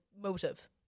motive